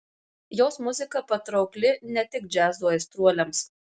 jos muzika patraukli ne tik džiazo aistruoliams